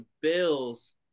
Bills